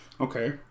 Okay